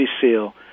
SEAL